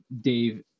dave